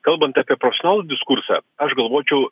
kalbant apie profesionalų diskursą aš galvočiau